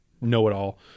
know-it-all